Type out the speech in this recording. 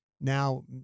Now